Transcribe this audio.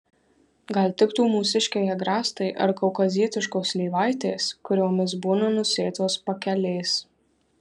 gal tiktų mūsiškiai agrastai ar kaukazietiškos slyvaitės kuriomis būna nusėtos pakelės